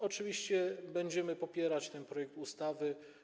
Oczywiście będziemy popierać ten projekt ustawy.